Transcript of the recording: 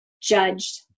judged